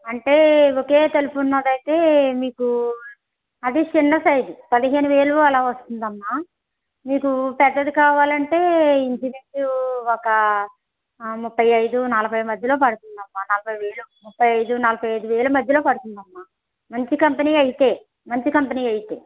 అంటే ఒకే తలుపు ఉన్నదైతే మీకు అది చిన్న సైజు అది పదిహేను వేలు అలా వస్తుందమ్మా నీకు పెద్దది కావాలంటే ఇంచుమించు ఒక ముప్పై ఐదు నలభై మధ్యలో పడుతుందమ్మా నలభై వేలు ముఫై ఐదు వేలు నలభై వేల మధ్యలో పడుతుందమ్మా మంచి కంపెనీ అయితే మంచి కంపెనీ అయితే